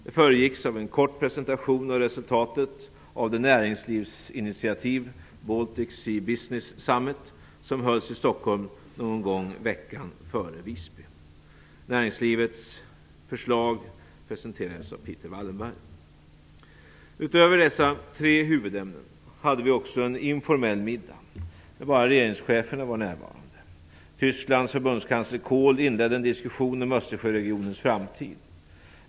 Det föregicks av en kort presentation av resultatet av det näringslivsinitiativ, Baltic Sea Business Summit, som hölls i Utöver dessa tre huvudämnen hade vi också en informell middag där bara regeringscheferna var närvarande. Tysklands förbundskansler Kohl inledde en diskussion om Östersjöregionens framtid.